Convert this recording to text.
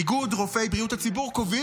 איגוד רופאי בריאות הציבור קובע